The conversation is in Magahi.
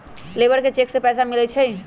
लेबर के चेक से पैसा मिलई छई कि?